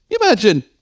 Imagine